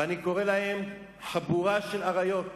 ואני קורא להם חבורה של אריות,